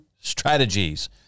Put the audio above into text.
strategies